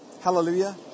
Hallelujah